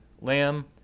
Lamb